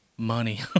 money